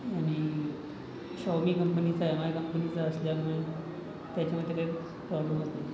आणि शावमी कंपनीचा M I कंपनीचा असल्यामुळे त्याच्यामध्ये काही प्रॉब्लेमच नाही